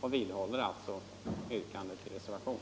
Jag vidhåller alltså mitt yrkande om bifall till reservationen